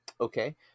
Okay